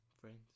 Friends